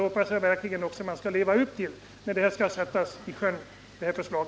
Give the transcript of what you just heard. Jag hoppas då att man verkligen också skall leva upp till dessa intentioner när lagförslaget skall sättas i sjön.